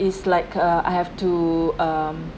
is like uh I have to um